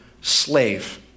slave